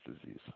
disease